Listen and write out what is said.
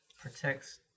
Protects